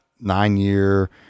nine-year